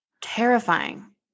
Terrifying